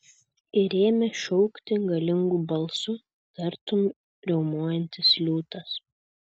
ir ėmė šaukti galingu balsu tartum riaumojantis liūtas